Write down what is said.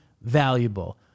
valuable